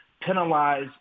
penalize